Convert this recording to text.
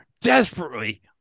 desperately